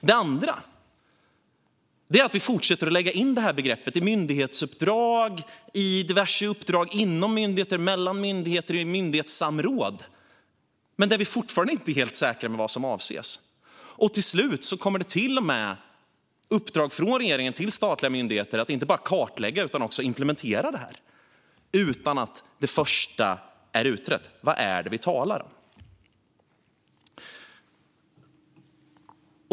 Vi fortsätter också att lägga in det här begreppet i myndighetsuppdrag, i diverse uppdrag inom myndigheter och mellan myndigheter samt i myndighetssamråd, men vi är fortfarande inte helt säkra på vad som avses. Till slut kommer det till och med uppdrag från regeringen till statliga myndigheter att inte bara kartlägga utan också implementera det här - utan att det först är utrett vad vi talar om.